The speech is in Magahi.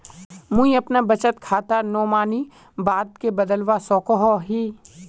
मुई अपना बचत खातार नोमानी बाद के बदलवा सकोहो ही?